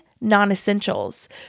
non-essentials